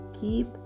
keep